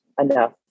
enough